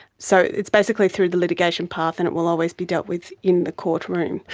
so it's basically through the litigation path and it will always be dealt with in the courtroom.